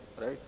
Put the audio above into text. right